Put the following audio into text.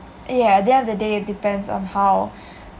yah at the end of the day it depends on how